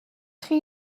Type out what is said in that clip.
chi